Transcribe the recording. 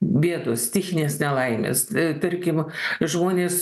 bėdos stichinės nelaimės tarkim žmonės